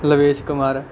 Lavesh Kumar